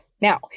Now